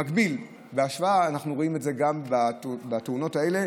במקביל אנחנו רואים את זה בתאונות האלה